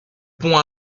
pont